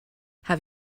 have